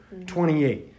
28